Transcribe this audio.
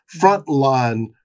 frontline